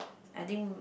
I think